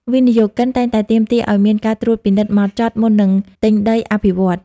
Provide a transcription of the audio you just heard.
វិនិយោគិនតែងតែទាមទារឱ្យមាន "ការត្រួតពិនិត្យហ្មត់ចត់" មុននឹងទិញដីអភិវឌ្ឍន៍។